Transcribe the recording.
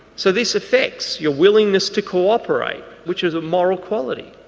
so this affects your willingness to co-operate which is a moral quality.